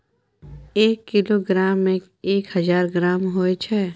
एक किलोग्राम में एक हजार ग्राम होय छै